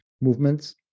movements